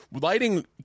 Lighting